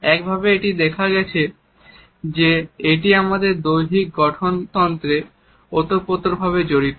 একভাবে এটি দেখা গেছে যে এটি আমাদের দৈহিক গঠনতন্ত্রে ওতপ্রোতভাবে জড়িত